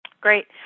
Great